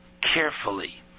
carefully